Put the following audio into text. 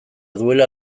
duela